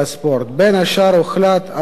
בין השאר הוחלט על העברת